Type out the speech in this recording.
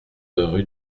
rue